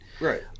Right